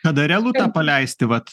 kada realu tą paleisti vat